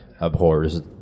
abhors